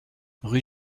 rue